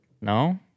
no